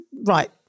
Right